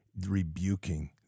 rebuking